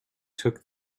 took